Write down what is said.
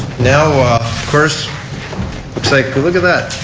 now of course looks like look at that.